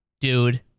dude